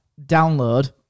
download